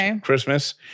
Christmas